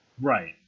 Right